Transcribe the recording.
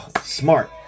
Smart